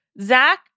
Zach